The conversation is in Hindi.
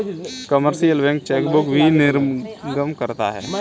कमर्शियल बैंक चेकबुक भी निर्गम करता है